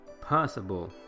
possible